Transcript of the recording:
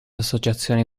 associazioni